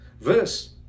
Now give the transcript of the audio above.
verse